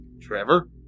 Trevor